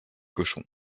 cochons